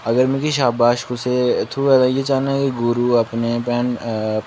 अगर मिगी शाबाश कुसै थ्होऐ ते इ'यै चाह्न्ना कि गुरू अपने